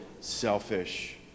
selfish